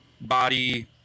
body